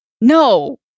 No